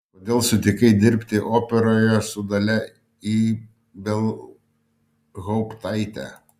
kodėl sutikai dirbti operoje su dalia ibelhauptaite